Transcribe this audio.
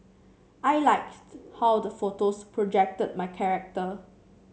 I liked how the photos projected my character